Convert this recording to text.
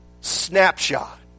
Snapshot